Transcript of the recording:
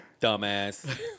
dumbass